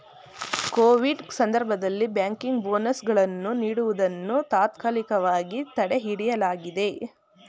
Covid ಸಂದರ್ಭದಲ್ಲಿ banking bonus ಗಳನ್ನು ನೀಡುವುದನ್ನು ತಾತ್ಕಾಲಿಕವಾಗಿ ತಡೆಹಿಡಿಯಲಾಗಿದೆ